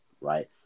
right